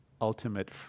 ultimate